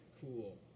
cool